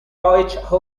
deutsche